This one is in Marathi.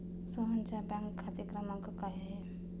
सोहनचा बँक खाते क्रमांक काय आहे?